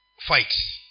fight